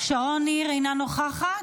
שרון ניר, אינה נוכחת.